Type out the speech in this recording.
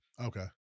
okay